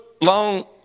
long